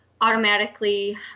automatically